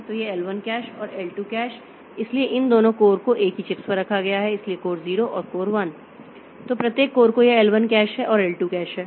तो यह L1 cache और L 2 कैश इसलिए इन दोनों कोर को एक ही चिप पर रखा गया है इसलिए कोर 0 और कोर 1 तो प्रत्येक कोर को यह L 1 कैश है और L 2 कैश है